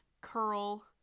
Curl